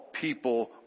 people